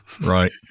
Right